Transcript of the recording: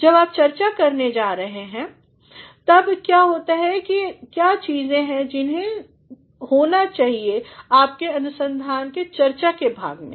जब आप चर्चा करने जा रहे है क्या चीज़ें हैं जिन्हें झोना चाहिए था आपकी अनुसंधान के चर्चा वाले भाग में